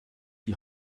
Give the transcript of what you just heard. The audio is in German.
die